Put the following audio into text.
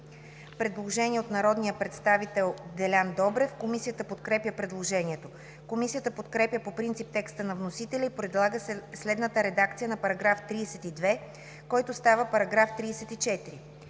Предложение от народния представител Делян Добрев. Комисията подкрепя предложението. Комисията подкрепя по принцип текста на вносителя и предлага следната редакция на § 32, който става § 34: „§ 34.